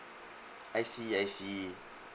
I see I see